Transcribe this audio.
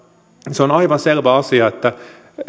on aivan selvä asia että